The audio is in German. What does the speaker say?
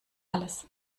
alles